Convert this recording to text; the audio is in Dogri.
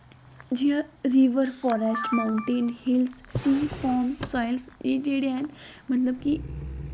जि'यां रिवर फारेस्ट मऊंटेंन हिल्स सी फाऊंड सांईंस एह् जेह्ड़े हैन मतलव कि